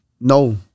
no